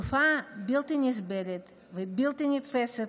זו תופעה בלתי נסבלת ובלתי נתפסת,